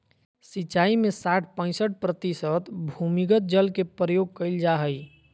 सिंचाई में साठ पईंसठ प्रतिशत भूमिगत जल के प्रयोग कइल जाय हइ